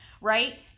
right